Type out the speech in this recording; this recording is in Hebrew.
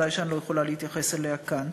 ובוודאי שאני לא יכולה להתייחס אליה כאן.